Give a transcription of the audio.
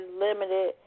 limited